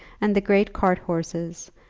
and the great cart-horses,